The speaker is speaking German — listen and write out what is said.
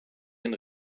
ein